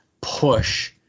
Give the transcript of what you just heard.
push